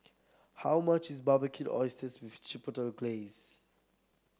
how much is Barbecued Oysters with Chipotle Glaze